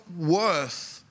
worth